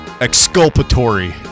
exculpatory